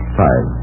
five